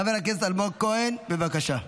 חבר הכנסת אלמוג כהן, בבקשה.